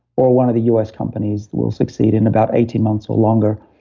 or one of the us companies will succeed in about eighteen months or longer.